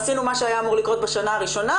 עשינו מה שהיה אמור לקרות בשנה הראשונה,